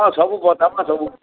ହଁ ସବୁ ବତାମା ସବୁ